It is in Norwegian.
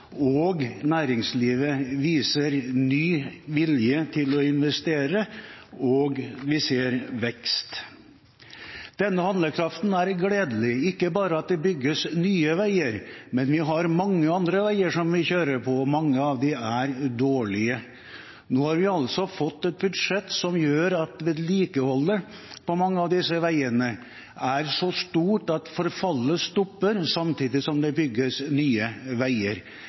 Næringslivet viser ny vilje til å investere, og vi ser vekst. Denne handlekraften er gledelig. Ikke bare bygges det nye veier, men vi har mange andre veier som vi kjører på, som er dårlige, og nå har vi altså fått et budsjett som gjør at vedlikeholdet på mange av disse veiene er så stort at forfallet stopper, samtidig som det bygges nye veier.